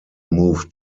moved